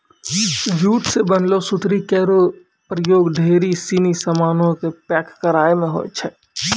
jute सें बनलो सुतरी केरो प्रयोग ढेरी सिनी सामानो क पैक करय म होय छै